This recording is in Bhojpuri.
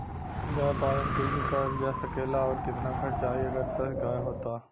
गाय पालन कइसे करल जा सकेला और कितना खर्च आई अगर दस गाय हो त?